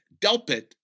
Delpit